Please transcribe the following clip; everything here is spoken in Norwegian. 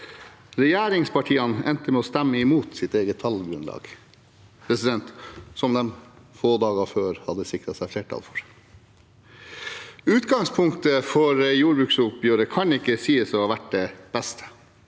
regjeringspartiene endte opp med å stemme imot sitt eget tallgrunnlag, som de få dager før hadde sikret seg flertall for. Utgangspunktet for jordbruksoppgjøret kan ikke sies å ha vært det beste,